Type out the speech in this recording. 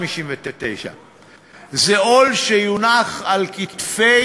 2059. 2059. זה עול שיונח על כתפי